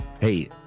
Hey